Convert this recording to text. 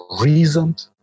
reasoned